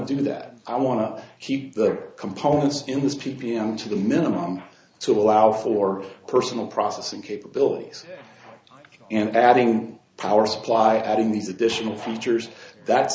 do that i want to keep the components in this p p m to the minimum to allow for personal processing capabilities and adding power supply in these additional features that